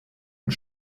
und